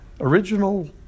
original